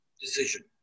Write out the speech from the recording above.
decision